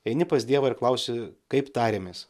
eini pas dievą ir klausi kaip tarėmės